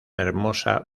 hermosa